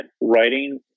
writing